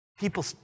People